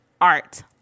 Art